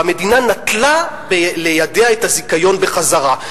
והמדינה נטלה לידיה את הזיכיון בחזרה.